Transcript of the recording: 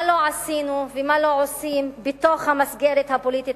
מה לא עשינו ומה לא עושים בתוך המסגרת הפוליטית